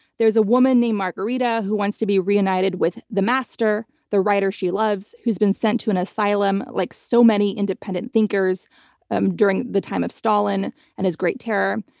there's a woman named margarita who wants to be reunited with the master, master, the writer she loves, who's been sent to an asylum, like so many independent thinkers um during the time of stalin and his great terror.